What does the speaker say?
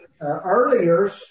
earlier